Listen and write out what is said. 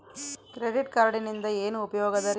Credit ಕಾರ್ಡಿನಿಂದ ಏನು ಉಪಯೋಗದರಿ?